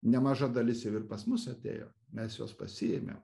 nemaža dalis ir pas mus atėjo mes juos pasiėmėm